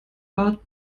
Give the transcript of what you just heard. but